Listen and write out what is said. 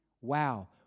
Wow